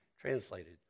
translated